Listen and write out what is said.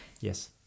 Yes